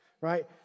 right